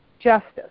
justice